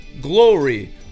glory